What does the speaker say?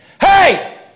Hey